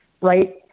right